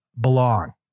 belong